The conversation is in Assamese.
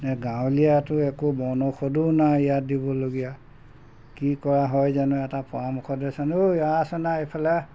নে গাঁৱলীয়াটো একো বনৌষধো নাই ইয়াত দিবলগীয়া কি কৰা হয় জানো এটা পৰামৰ্শ দেচোন ঔ আহচোন আহ এইফালে আহ